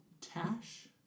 Tash